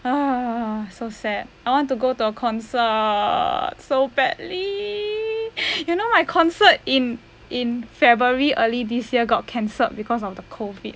ah so sad I want to go to a concert so badly you know my concert in in february early this year got cancelled because of the COVID